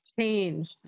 change